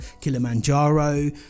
Kilimanjaro